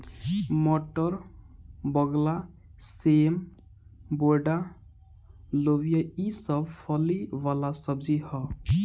मटर, बकला, सेम, बोड़ा, लोबिया ई सब फली वाला सब्जी ह